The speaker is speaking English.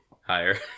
Higher